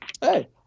hey